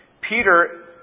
Peter